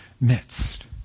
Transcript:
midst